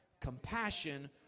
Compassion